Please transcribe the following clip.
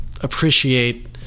appreciate